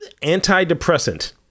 Antidepressant